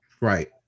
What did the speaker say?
right